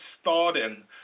starting